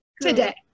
today